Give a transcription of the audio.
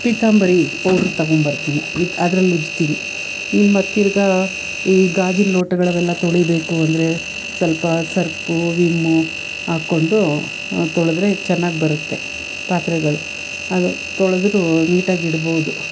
Pitambari powder ತೊಗೊಂಬರ್ತೀನಿ ಇದು ಅದ್ರಲ್ಲಿ ಉಜ್ತೀನಿ ಇನ್ನ ಮತ್ತೆ ತಿರುಗಾ ಈ ಗಾಜಿನ ಲೋಟಗಳು ಅವೆಲ್ಲ ತೊಳೀಬೇಕು ಅಂದರೆ ಸ್ವಲ್ಪ ಸರ್ಪು ವಿಮ್ಮು ಹಾಕ್ಕೊಂಡು ತೊಳೆದ್ರೆ ಚೆನ್ನಾಗಿ ಬರುತ್ತೆ ಪಾತ್ರೆಗಳು ಅದು ತೊಳೆದ್ರು ನೀಟಾಗಿಡ್ಬೋದು